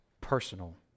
personal